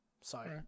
Sorry